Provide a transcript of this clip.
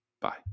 Bye